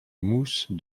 mousse